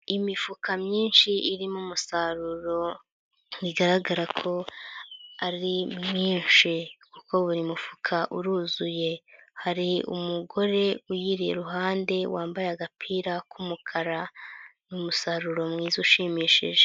Imifuka myinshi irimo umusaruro bigaragara ko ari mwinshi kuko buri mufuka uruzuye, hari umugore uyiri iruhande wambaye agapira k'umukara, ni umusaruro mwiza ushimishije.